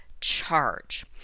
charge